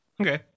Okay